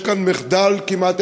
יש כאן מחדל כמעט,